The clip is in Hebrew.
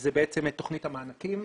זאת בעצם תוכנית המענקים.